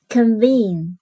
Convene